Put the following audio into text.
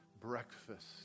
breakfast